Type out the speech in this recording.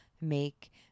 make